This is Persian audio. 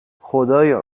خدایا